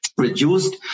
reduced